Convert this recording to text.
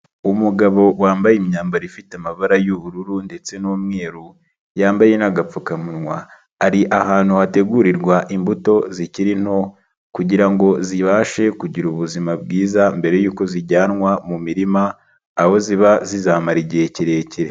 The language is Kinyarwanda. Umugabo wambaye imyambaro ifite amabara y'ubururu ndetse n'umweru yambaye n'agapfukamunwa. Ari ahantu hategurirwa imbuto zikiri nto kugira ngo zibashe kugira ubuzima bwiza mbere yuko zijyanwa mu mirima, aho ziba zizamara igihe kirekire.